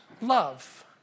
love